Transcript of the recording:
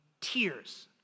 tears